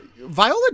Viola